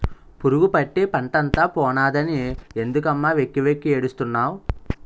పురుగుపట్టి పంటంతా పోనాదని ఎందుకమ్మ వెక్కి వెక్కి ఏడుస్తున్నావ్